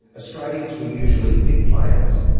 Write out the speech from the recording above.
australians were usually bit players.